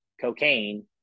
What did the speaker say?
cocaine